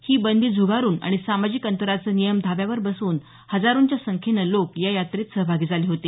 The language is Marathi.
ही बंदी झुगारुन आणि सामाजिक अंतराचे नियम धाब्यावर बसवून हजारोंच्या संख्येनं लोक या यात्रेत सहभागी झाले होते